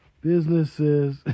Businesses